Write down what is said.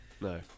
No